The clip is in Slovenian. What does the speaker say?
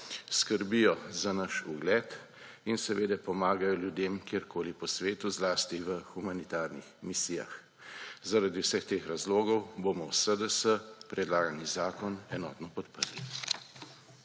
skrbijo za naš ugled in pomagajo ljudem kjerkoli po svetu, zlasti v humanitarnih misijah. Zaradi vseh teh razlogov bomo v SDS predlagani zakon enotno podprli.